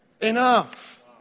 enough